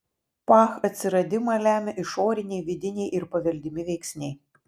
pah atsiradimą lemia išoriniai vidiniai ir paveldimi veiksniai